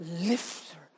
lifter